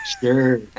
Sure